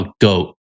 Goat